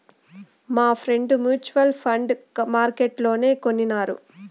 మాఫ్రెండ్ mutual fund ఈ మార్కెట్లనే కొనినారు